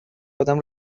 آدم